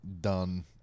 done